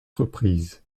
reprises